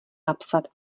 napsat